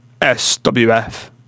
SWF